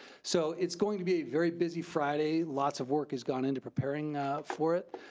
so it's going to be a very busy friday. lots of work has gone into preparing for it,